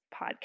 podcast